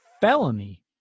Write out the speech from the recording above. felony